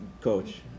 coach